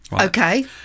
okay